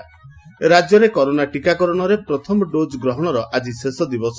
ରାକ୍ୟରେ କରୋନା ଟିକାକରଶରେ ପ୍ରଥମ ଡୋକ୍ ଗ୍ରହଶର ଆଜି ଶେଷ ଦିବସ